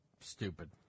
stupid